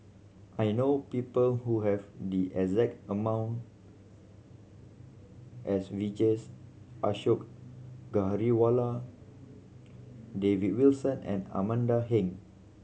I know people who have the exact among as Vijesh Ashok Ghariwala David Wilson and Amanda Heng